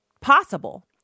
possible